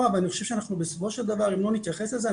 ואני חושב שבסופו של דבר אם אנחנו לא נתייחס לזה,